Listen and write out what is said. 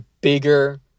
bigger